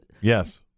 Yes